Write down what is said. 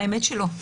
האמת שלא.